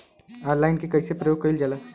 Online के कइसे प्रयोग कइल जाला?